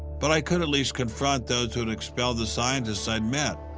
but i could at least confront those who'd expelled the scientists i'd met.